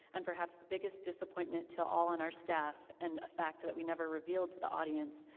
and perhaps the biggest disappointment to all on our staff, and a fact that we never revealed to the audience,